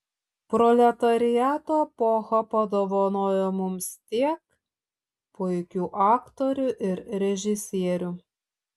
proletariato epocha padovanojo mums tiek puikių aktorių ir režisierių